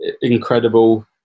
incredible